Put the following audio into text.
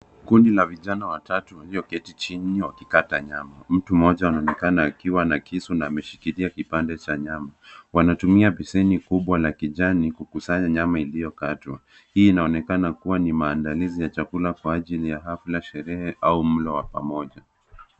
Kundi la vijana watatu walioioketi chini wakikata nyama. Mtu mmoja anaonekana akiwa na kisu na ameshikilia kipande cha nyama. Wanatumia beseni kubwa la kijani kukusanya nyama iliokatwa. Hii inaonekana kuwa ni maandalizi ya chakula kwa ajili ya hafla, sherehe au mlo wapamoja.